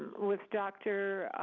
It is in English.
with dr.